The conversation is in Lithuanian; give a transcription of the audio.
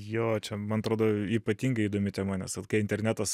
jo čia man atrodo ypatingai įdomi tema nes internetas